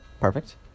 Perfect